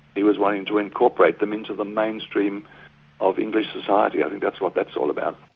he was wanting to incorporate them into the mainstream of english society. i think that's what that's all about.